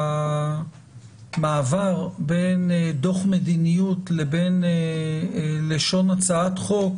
שהמעבר מדוח מדיניות ללשון הצעת חוק